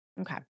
Okay